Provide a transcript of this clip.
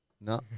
No